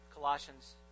Colossians